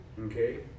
Okay